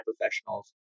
professionals